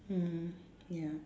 mm ya